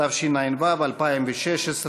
התשע"ו 2016,